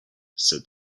said